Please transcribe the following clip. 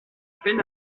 peine